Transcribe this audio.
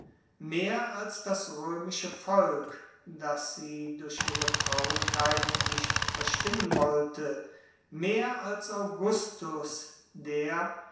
mehr als das römische volk das sie durch ihre traurigkeit nicht verstimmen wollte mehr als augustus der